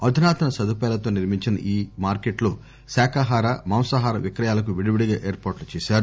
అధునాతన సదుపాయాలతో నిర్మించిన ఈ మార్కెట్ లో శాఖాహార మాంసాహార విక్రయాలకు విడివిడిగా ఏర్పాట్లు చేశారు